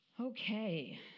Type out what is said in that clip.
Okay